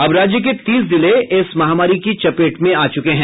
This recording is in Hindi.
अब राज्य के तीस जिले इस महामारी की चपेट में आ गये हैं